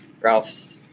Ralph's